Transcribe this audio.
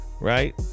right